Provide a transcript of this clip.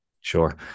Sure